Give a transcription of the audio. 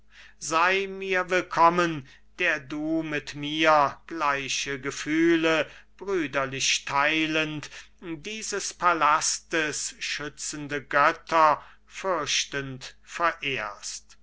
sei mir willkommen der du mit mir gleiche gefühle brüderlich theilend dieses palastes schützende götter fürchtend verehrst